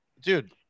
dude